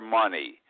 money